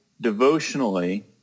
devotionally